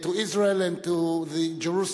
to Israel and to Jerusalem,